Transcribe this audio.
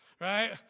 right